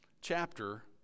chapter